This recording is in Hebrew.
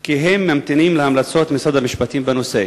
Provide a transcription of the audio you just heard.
כי הם ממתינים להמלצות משרד המשפטים בנושא.